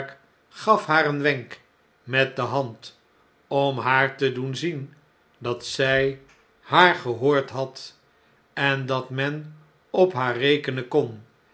gaf haar een wenk met de hand om haar te doen zien dat zg haar gehoord had en dat men op haar rekenen kon